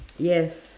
yes